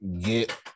get